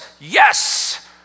Yes